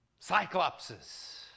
Cyclopses